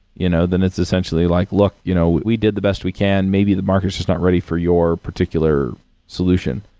you know then it's essentially like, look, you know we did the best we can. maybe the market is just not ready for your particular solution.